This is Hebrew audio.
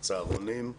צהרונים,